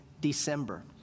December